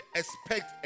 expect